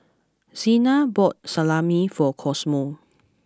Cena bought Salami for Cosmo